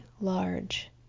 large